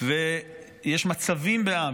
ויש מצבים בעם,